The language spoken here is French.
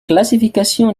classification